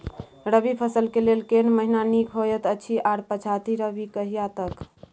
रबी फसल के लेल केना महीना नीक होयत अछि आर पछाति रबी कहिया तक?